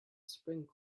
spring